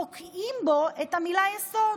תוקעים בו את המילה "יסוד".